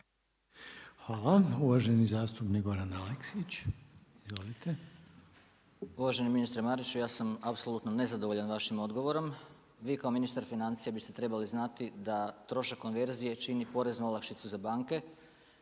Hvala. Uvaženi zastupnik Goran Aleksić. **Aleksić, Goran (SNAGA)** Uvaženi ministre Mariću ja sam apsolutno nezadovoljan vašim odgovorom. Vi kao ministar financija biste trebali znati da trošak konverzije čini poreznu olakšicu za banke.